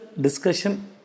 discussion